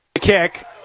kick